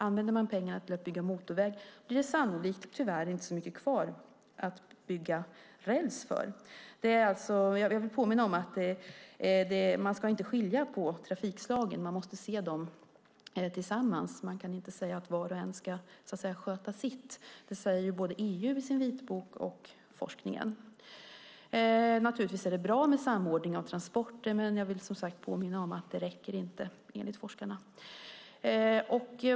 Använder man pengarna till att bygga motorväg blir det sannolikt, tyvärr, inte så mycket kvar att bygga räls för. Jag vill påminna om att man inte ska skilja på trafikslagen. Man måste se dem tillsammans. Man kan inte säga att var och en ska sköta sitt. Detta säger både EU i sin vitbok och forskningen. Naturligtvis är det bra med samordning av transporter, men jag vill som sagt påminna om att det inte räcker, enligt forskarna.